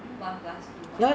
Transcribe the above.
think one plus two ah